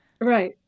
Right